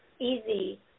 easy